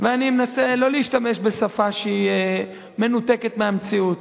אני מנסה לא להשתמש בשפה מנותקת מהמציאות.